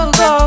go